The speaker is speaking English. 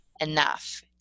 enough